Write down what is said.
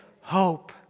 hope